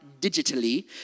digitally